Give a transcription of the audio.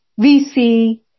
VC